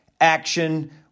action